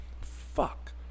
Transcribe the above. fuck